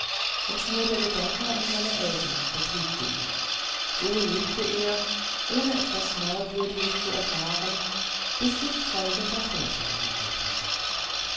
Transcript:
und nur der gedanke an seine eltern betrübte ihn so lebte er ohne etwas merkwürdiges zu erfahren bis sich folgender vorfall ereignete